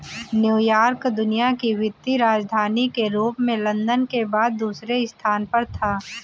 New York दुनिया की वित्तीय राजधानी के रूप में लंदन के बाद दूसरे स्थान पर था